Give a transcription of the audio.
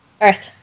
earth